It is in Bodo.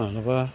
मालाबा